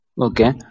Okay